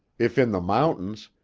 if in the mountains,